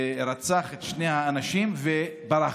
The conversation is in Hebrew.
רצח את שני האנשים וברח.